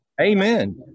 Amen